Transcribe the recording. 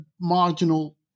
marginal